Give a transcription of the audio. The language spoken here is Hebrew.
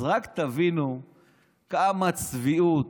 אז רק תבינו כמה צביעות,